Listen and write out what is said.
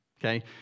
Okay